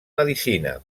medicina